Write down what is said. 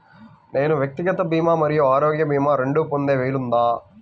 నేను వ్యక్తిగత భీమా మరియు ఆరోగ్య భీమా రెండు పొందే వీలుందా?